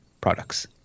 products